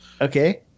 Okay